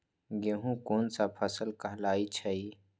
गेहूँ कोन सा फसल कहलाई छई?